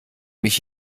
mich